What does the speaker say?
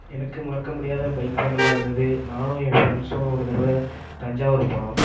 எனக்கு மறக்க முடியாத பைக் பயணமாக இருந்தது நானும் என் ஃப்ரெண்ட்ஸும் ஒரு தடவ தஞ்சாவூர் போனோம்